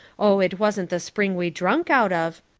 oh, it wasn't the spring we drink out of.